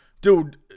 Dude